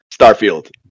starfield